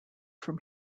from